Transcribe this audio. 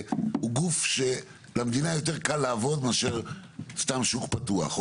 גוף שלמדינה יותר קל לעבוד איתו מאשר עם סתם שוק פתוח.